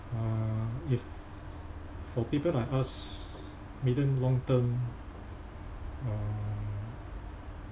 uh if for people like us medium long term uh